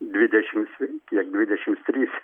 dvidešims kiek dvidešims trys